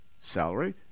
salary